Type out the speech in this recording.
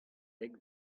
dek